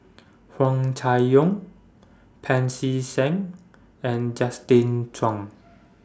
Huang Chai Yong Pancy Seng and Justin Zhuang